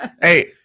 hey